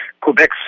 Quebec